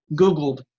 Googled